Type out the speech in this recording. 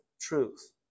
truth